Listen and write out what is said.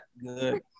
good